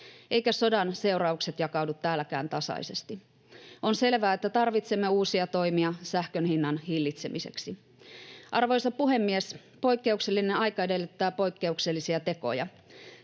eivätkä sodan seuraukset jakaudu täälläkään tasaisesti. On selvää, että tarvitsemme uusia toimia sähkön hinnan hillitsemiseksi. Arvoisa puhemies! Poikkeuksellinen aika edellyttää poikkeuksellisia tekoja.